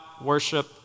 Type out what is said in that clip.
worship